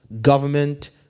government